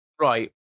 Right